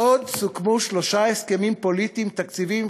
"עוד סוכמו שלושה הסכמים פוליטיים תקציביים: עם